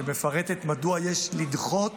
שמפרטת מדוע יש לדחות